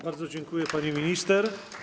Bardzo dziękuję, pani minister.